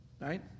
right